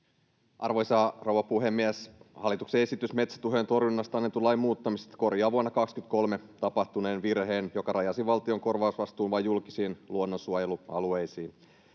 Arvoisa rouva puhemies! Hallituksen esitys metsätuhojen torjunnasta annetun lain muuttamisesta korjaa vuonna 23 tapahtuneen virheen, joka rajasi valtion korvausvastuun vain julkisiin luonnonsuojelualueisiin.